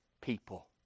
people